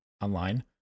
online